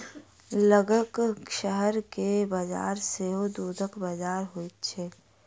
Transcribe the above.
लगक शहर के बजार सेहो दूधक बजार होइत छै